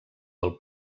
del